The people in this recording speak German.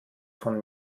von